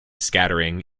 scattering